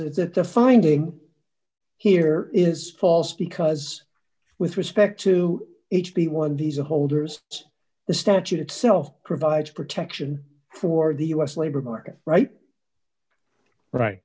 it that the finding here is false because with respect to each b one visa holders the statute itself provides protection for the u s labor market right right